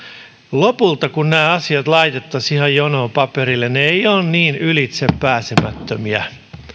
lopulta kun nämä asiat laitettaisiin ihan jonoon paperille ne eivät ole niin ylitsepääsemättömiä